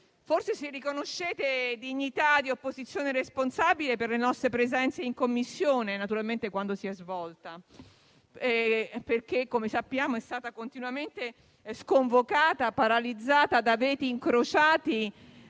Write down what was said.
Forse ci riconoscete la dignità di opposizione responsabile per le nostre presenze in Commissione, naturalmente quando le sedute si sono svolte, perché - come sappiamo - la Commissione è stata continuamente sconvocata e paralizzata dai veti incrociati